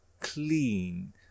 clean